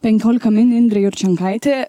penkiolika min indrė jurčenkaitė